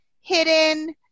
hidden